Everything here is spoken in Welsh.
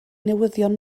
newyddion